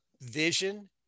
vision